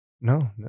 No